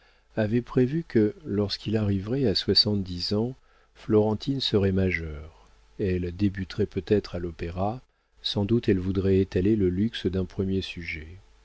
avait prévu que lorsqu'il arriverait à soixante-dix ans florentine serait majeure elle débuterait peut-être à l'opéra sans doute elle voudrait étaler le luxe d'un premier sujet